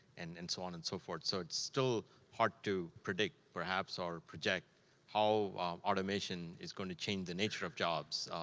and and so on and so forth. so it's still hard to predict, perhaps, or project how automation is going to change the nature of jobs.